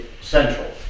central